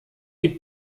die